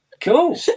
Cool